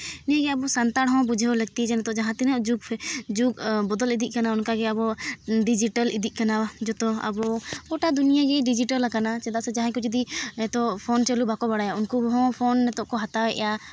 ᱱᱤᱭᱟᱹ ᱜᱮ ᱟᱵᱚ ᱥᱟᱱᱛᱟᱲ ᱦᱚᱸ ᱵᱩᱡᱟᱹᱣ ᱞᱟᱹᱠᱛᱤ ᱡᱮ ᱱᱤᱛᱚᱜ ᱡᱟᱦᱟᱸ ᱛᱤᱱᱟᱹᱜ ᱡᱩᱜᱽ ᱵᱚᱫᱚᱞ ᱤᱫᱤᱜ ᱠᱟᱱᱟ ᱚᱱᱠᱟᱜᱮ ᱟᱵᱚ ᱰᱤᱡᱤᱴᱟᱞ ᱤᱫᱤᱜ ᱠᱟᱱᱟ ᱡᱚᱛᱚ ᱟᱵᱚ ᱜᱳᱴᱟ ᱫᱩᱱᱤᱭᱟᱹ ᱜᱮ ᱰᱤᱡᱤᱴᱟᱞ ᱠᱟᱱᱟ ᱪᱮᱫᱟᱜ ᱥᱮ ᱡᱟᱦᱟᱸᱭ ᱠᱚ ᱡᱩᱫᱤ ᱱᱤᱛᱚᱜ ᱯᱷᱳᱱ ᱪᱟᱹᱞᱩ ᱵᱟᱠᱚ ᱵᱟᱲᱟᱭᱟ ᱩᱱᱠᱩ ᱦᱚᱸ ᱯᱷᱳᱱ ᱱᱤᱛᱚᱜ ᱠᱚ ᱦᱟᱛᱟᱣᱮᱫᱼᱟ